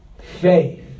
faith